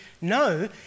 no